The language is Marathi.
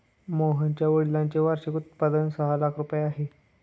मोहनच्या वडिलांचे वार्षिक उत्पन्न सहा लाख रुपये आहे